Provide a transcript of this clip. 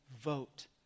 vote